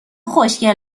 خوشگل